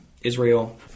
Israel